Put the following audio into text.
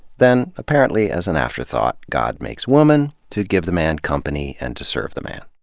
then, apparently as an afterthought, god makes woman to give the man company and to serve the man.